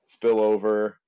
spillover